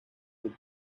with